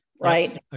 Right